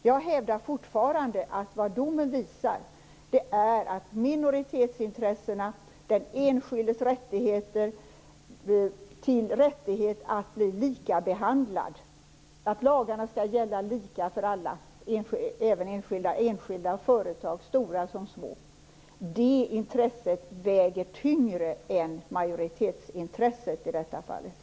Jag hävdar fortfarande att domen visar att minoritetsintressena - den enskildes rättighet att bli likabehandlad, att lagarna skall gälla lika för alla, enskilda som företag, stora som små - väger tyngre än majoritetsintresset i det här fallet.